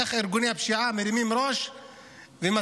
איך ארגוני הפשיעה מרימים ראש ומצליחים